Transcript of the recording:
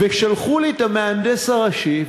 ושלחו אלי את המהנדס הראשי,